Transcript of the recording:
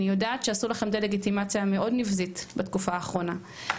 אני יודעת שעשו לכם דה-לגיטימציה מאוד נבזית בתקופה האחרונה,